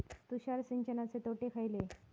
तुषार सिंचनाचे तोटे खयले?